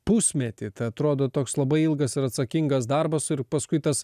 pusmetį tai atrodo toks labai ilgas ir atsakingas darbas ir paskui tas